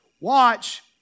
Watch